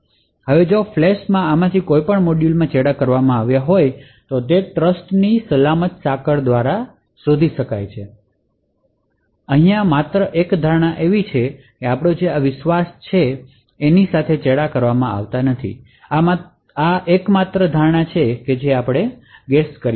હવે જો ફ્લેશમાં આમાંથી કોઈપણ મોડ્યુલમાં ચેડાં કરવામાં આવે છે તો તે વિશ્વાસ સાંકળ દ્વારા શોધી શકાય છે માત્ર એક એવી ધારણા છે કે આપણે વિશ્વાસના મૂળ સાથે ચેડા કરી શકાતા નથી તે માત્ર એક માત્ર ધારણા છે જે આપણે કરીએ છીએ